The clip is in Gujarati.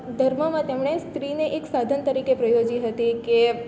ધર્મમાં તેમણે સ્ત્રીને એક સાધન તરીકે પ્રયોજી હતી કે